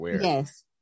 Yes